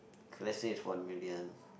let's say it's one million